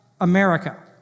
America